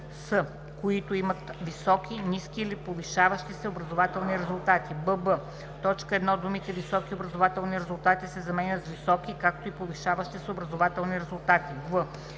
с „които имат високи, ниски или повишаващи се образователни резултати“; бб) в т. 1 думите „високи образователни резултати“ се заменят с „високи, както и повишаващи се образователни резултати“;